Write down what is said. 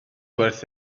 werth